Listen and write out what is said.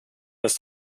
ist